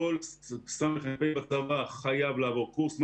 כאשר כל ס/מ"פ בצבא חייב לעבור קורס מתאים,